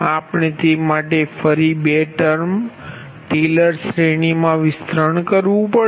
આપણે તે માટે ફરી 2 ટર્મ ટેલર શ્રેણી વિસ્તરણ કરવું પડશે